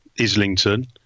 Islington